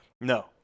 no